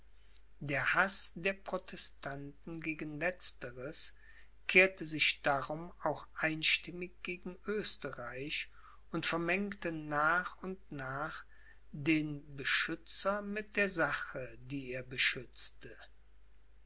der haß der protestanten gegen letzteres kehrte sich darum auch einstimmig gegen oesterreich und vermengte nach und nach den beschützer mit der sache die er beschützte